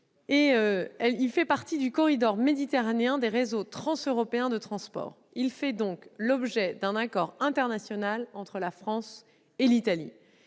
Il fait partie du corridor méditerranéen des réseaux transeuropéens de transport et fait donc l'objet d'un accord international entre la France et l'Italie.